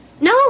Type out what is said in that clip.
No